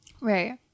Right